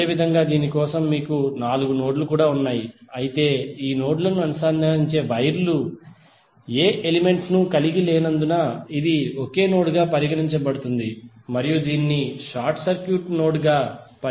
అదేవిధంగా దీని కోసం మీకు నాలుగు నోడ్లు కూడా ఉన్నాయి అయితే ఈ నోడ్ లను అనుసంధానించే వైర్లు ఏ ఎలిమెంట్లను కలిగి లేనందున ఇది ఒకే నోడ్ గా పరిగణించబడుతుంది మరియు దీనిని షార్ట్ సర్క్యూట్ నోడ్ గా పరిగణించవచ్చు